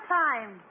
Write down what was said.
time